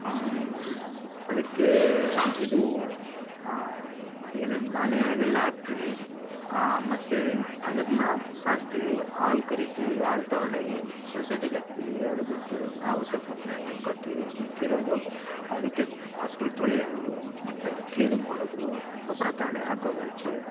ಅದಕ್ಕೇ ಇದು ದೇನೆ ಧಾನ್ಯ ಅವೆಲ್ಲ ಹಾಕ್ತಿವಿ ಮತ್ತು ಅದನ್ನು ಸಾಕ್ತಿವಿ ಹಾಲ್ ಕರೀತಿವಿ ಹಾಲ್ ತಗೊಂಡೋಗಿ ಸೊಸೈಟಿಗೆ ಹಾಕ್ತಿವಿ ಅದು ಬಿಟ್ಟು ನಾವು ಸ್ವಲ್ಪ ಮನೆಯಲ್ಲಿ ಮಡ್ಕೊತೀವಿ ಮಿಕ್ಕಿರೋದು ಅದಕ್ಕೆ ಹಸುಗಳ್ ತೊಳೆಯೋದು ಮತ್ತು ಅದು ಕ್ಲೀನಿಂಗ್ ಮಾಡೋದು ಗೊಬ್ಬರ ತಗೊಂಡೋಗಿ ಹಾಕೋದ್ ಆಚೆ